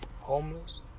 Homeless